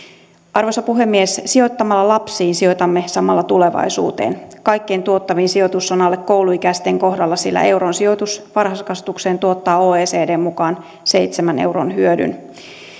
arvoisa puhemies sijoittamalla lapsiin sijoitamme samalla tulevaisuuteen kaikkein tuottavin sijoitus on alle kouluikäisten kohdalla sillä euron sijoitus varhaiskasvatukseen tuottaa oecdn mukaan seitsemän euron hyödyn